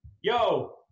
Yo